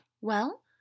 Well